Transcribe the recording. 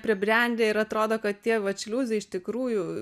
pribrendę ir atrodo kad tie vat šliuzai iš tikrųjų